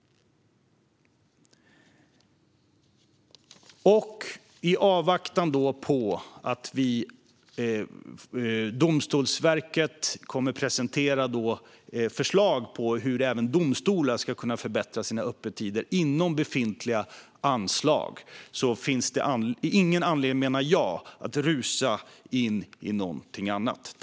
I avvaktan på att Domstolsverket kommer att presentera förslag på hur även domstolar ska kunna förbättra sina öppettider, inom befintliga anslag, finns det ingen anledning att rusa in i någonting annat.